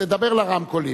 תדבר לרמקולים.